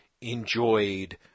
enjoyed